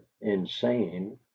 insane